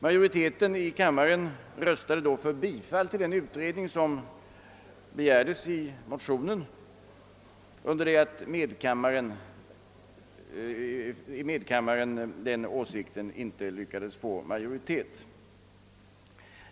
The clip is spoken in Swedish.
Majoriteten av kammarens ledamöter röstade den gången för bifall till den utredning som begärdes i motionen, under det att denna åsikt inte lyckats få majoritet i medkammaren.